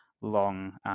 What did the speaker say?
long